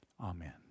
Amen